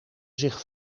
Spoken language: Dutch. zich